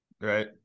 Right